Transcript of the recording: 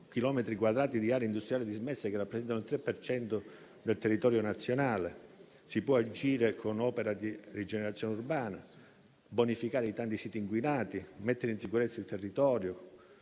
chilometri quadrati di aree industriali dismesse, che rappresentano il 3 per cento del territorio nazionale. Si può agire con opere di rigenerazione urbana, bonificare i tanti siti inquinati, mettere in sicurezza il territorio,